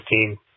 team